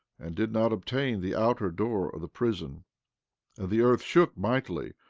and did not obtain the outer door of the prison and the earth shook mightily,